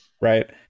right